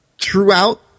throughout